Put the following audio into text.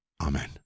Amen